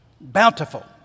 bountiful